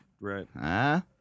Right